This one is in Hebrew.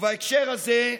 ובהקשר הזה,